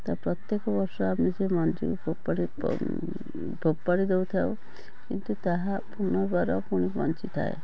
ତା' ପ୍ରତ୍ୟେକ ବର୍ଷ ଆମେ ସେ ମଞ୍ଜିକୁ ଓପାଡ଼ି ଫୋପାଡ଼ି ଦେଉଥାଉ କିନ୍ତୁ ତାହା ପୁର୍ନବାର ପୁଣି ବଞ୍ଚିଥାଏ